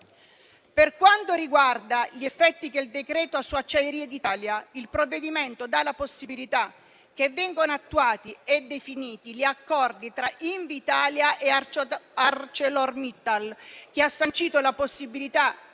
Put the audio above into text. Per quanto riguarda gli effetti che il decreto ha su Acciaierie d'Italia, il provvedimento dà la possibilità che vengano attuati e definiti gli accordi tra Invitalia e ArcelorMittal, sancendo la possibilità